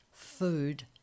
Food